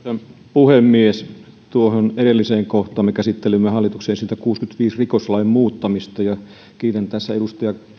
puhemies tuohon edelliseen kohtaan me käsittelimme hallituksen esitystä kuusikymmentäviisi joka koskee rikoslain muuttamista ja kiitän tässä edustaja